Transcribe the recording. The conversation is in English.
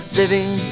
living